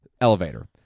elevator